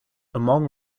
among